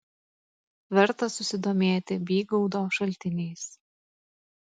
verta susidomėti bygaudo šaltiniais